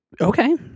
Okay